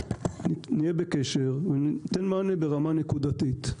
נהיה בקשר וניתן מענה ברמה נקודתית.